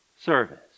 Service